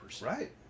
Right